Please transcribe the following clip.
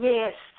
Yes